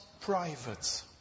private